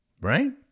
Right